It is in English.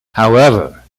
however